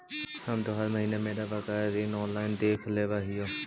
हम तो हर महीने मेरा बकाया ऋण ऑनलाइन देख लेव हियो